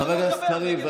חבר הכנסת קריב,